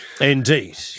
Indeed